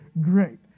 great